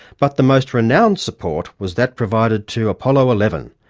but the most renowned support was that provided to apollo eleven,